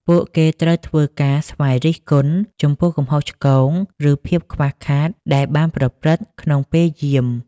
ពួកគេត្រូវធ្វើការ «ស្វ័យរិះគន់» ចំពោះកំហុសឆ្គង ឬភាពខ្វះខាតដែលបានប្រព្រឹត្តក្នុងពេលយាម។